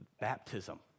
baptism